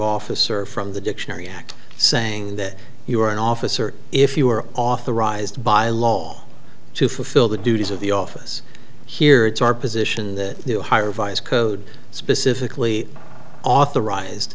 officer from the dictionary saying that you are an officer if you are authorized by law to fulfill the duties of the office here it's our position that you hire vice code specifically authorized